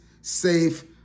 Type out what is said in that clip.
safe